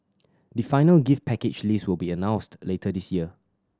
the final gift package list will be announced later this year